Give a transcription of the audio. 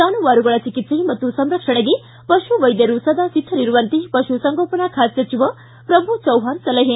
ಜಾನುವಾರುಗಳ ಚಿಕಿತ್ಸೆ ಮತ್ತು ಸಂರಕ್ಷಣೆಗೆ ಪಶು ವೈದ್ಯರು ಸದಾ ಸಿದ್ಧವಿರುವಂತೆ ಪಶುಸಂಗೋಪನಾ ಖಾತೆ ಸಚಿವ ಪ್ರಭು ಚವ್ವಾಣ ಸಲಹೆ